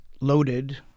loaded